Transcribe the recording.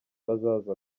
azaza